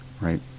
Right